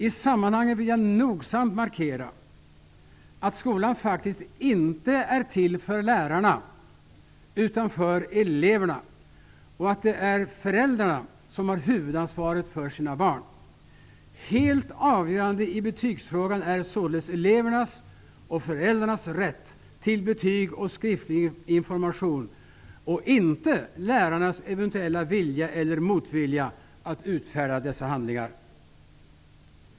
I sammanhanget vill jag nogsamt markera att skolan faktiskt inte är till för lärarna utan för elverna och att det är föräldrarna som bär huvudansvaret för sina barn. Helt avgörande i betygsfrågan är således elevernas och föräldrarnas rätt till betyg och skriftlig information och inte lärarnas eventuella vilja eller motvilja att utfärda dessa handlingar.